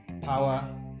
power